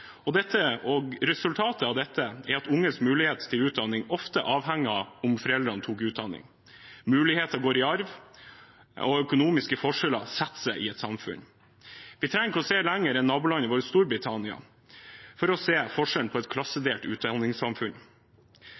Resultatet av dette er at unges mulighet til utdanning ofte avhenger av om foreldrene tok utdanning. Muligheter går i arv, og økonomiske forskjeller setter seg i et samfunn. Vi trenger ikke se lenger enn til nabolandet vårt Storbritannia for å se forskjellene i et klassedelt utdanningssamfunn.